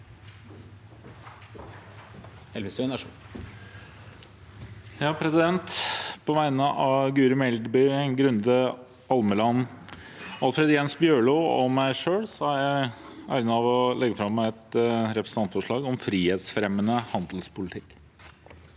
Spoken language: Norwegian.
represen- tantene Guri Melby, Grunde Almeland, Alfred Jens Bjørlo og meg selv har jeg æren av å legge fram et representantforslag om en frihetsfremmende handelspolitikk.